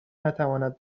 نتواند